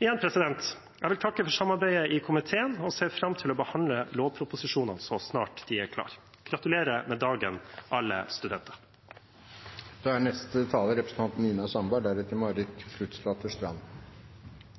Jeg vil igjen takke for samarbeidet i komiteen og ser fram til å behandle lovproposisjonene så snart de er klare. Gratulerer med dagen, alle studenter! Ja, dette er